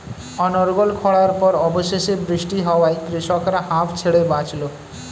অনর্গল খড়ার পর অবশেষে বৃষ্টি হওয়ায় কৃষকরা হাঁফ ছেড়ে বাঁচল